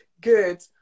good